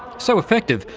so effective,